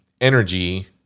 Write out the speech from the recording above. energy